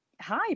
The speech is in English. Hi